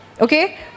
Okay